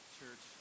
church